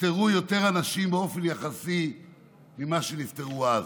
נפטרו יותר אנשים באופן יחסי ממה שנפטרו אז?